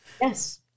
Yes